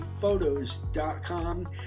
Photos.com